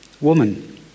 woman